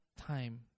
time